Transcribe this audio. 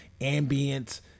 ambient